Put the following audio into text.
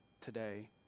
today